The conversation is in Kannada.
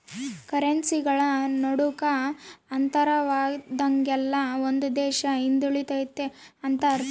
ಕರೆನ್ಸಿಗಳ ನಡುಕ ಅಂತರವಾದಂಗೆಲ್ಲ ಒಂದು ದೇಶ ಹಿಂದುಳಿತೆತೆ ಅಂತ ಅರ್ಥ